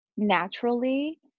Naturally